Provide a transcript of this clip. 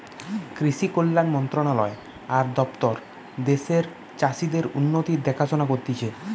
কৃষি কল্যাণ মন্ত্রণালয় আর দপ্তর দ্যাশের চাষীদের উন্নতির দেখাশোনা করতিছে